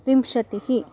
विंशतिः